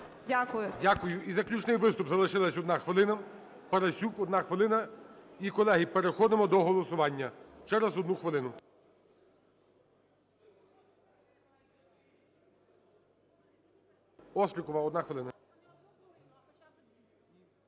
Дякую. І заключний виступ, залишилась одна хвилина. Парасюк, одна хвилина. І, колеги, переходимо до голосування через одну хвилину. Острікова, одна хвилина.